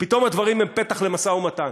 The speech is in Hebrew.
פתאום הדברים הם פתח למשא-ומתן.